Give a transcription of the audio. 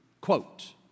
Quote